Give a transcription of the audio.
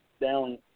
down